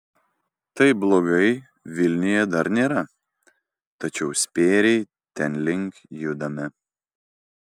taip blogai vilniuje dar nėra tačiau spėriai tenlink judame